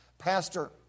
Pastor